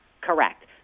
Correct